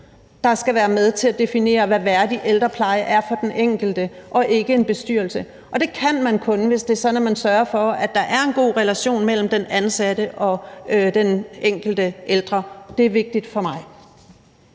der skal være med til at definere, hvad værdig ældrepleje er for den enkelte, og ikke en bestyrelse. Og det kan man kun, hvis det er sådan, at man sørger for, at der er en god relation mellem den ansatte og den enkelte ældre. Det er vigtigt for mig.